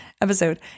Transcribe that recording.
episode